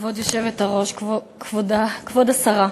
כבוד היושבת-ראש, כבוד השרה,